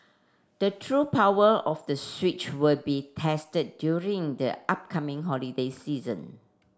the true power of the Switch would be tested during the upcoming holiday season